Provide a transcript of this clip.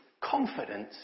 confidence